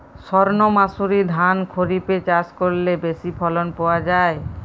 সর্ণমাসুরি ধান খরিপে চাষ করলে বেশি ফলন পাওয়া যায়?